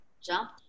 Jump